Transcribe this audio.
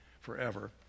forever